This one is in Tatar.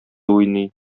уйный